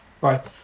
Bye